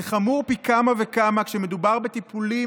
זה חמור פי כמה וכמה כשמדובר בטיפולים